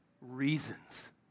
reasons